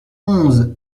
onze